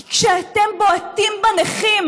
כי כשאתם בועטים בנכים,